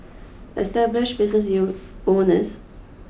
established business owners